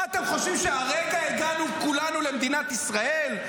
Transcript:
מה, אתם חושבים שכולנו הגענו הרגע למדינת ישראל?